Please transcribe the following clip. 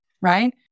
right